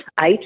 eight